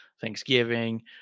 Thanksgiving